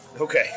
Okay